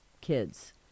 kids